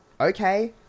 okay